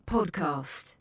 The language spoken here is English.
Podcast